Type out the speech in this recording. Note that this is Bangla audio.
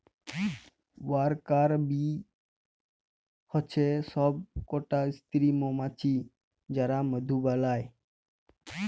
ওয়ার্কার বী হচ্যে সব কটা স্ত্রী মমাছি যারা মধু বালায়